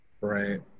Right